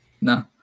no